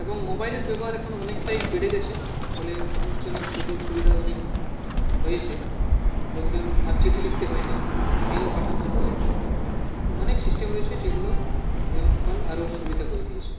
এবং মোবাইলের ব্যবহার এখন অনেকটাই বেড়ে গিয়েছে ফলে মানুষজনের সুযোগ সুবিধা অনেক হয়েছে লোকজন আর চিঠি লিখতে হয় না মেল পাঠাতে হয় অনেক সিস্টেম রয়েছে যেগুলো এখন অনেক সুবিধা করে দিয়েছে